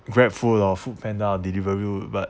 grabfood or food panda or deliveroo but